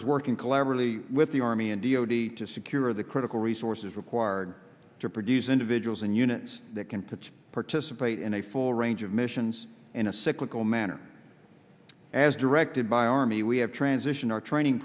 is working collaboratively with the army and d o d to secure the critical resources required to produce individuals and units that can to participate in a full range of missions in a cyclical manner as directed by army we have transition our training